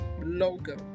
logo